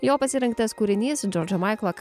jo pasirinktas kūrinys džordžo maiklo